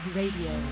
radio